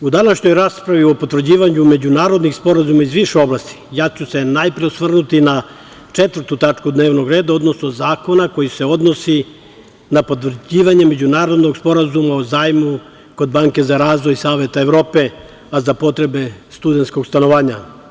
U današnjoj raspravi o potvrđivanju međunarodnih sporazuma iz više oblasti, ja ću se najpre osvrnuti na četvrtu tačku dnevnog reda, odnosno zakona koji se odnosi na potvrđivanje Međunarodnog sporazuma o zajmu kod Banke za razvoj Saveta Evrope, a za potrebe studenskog stanovanja.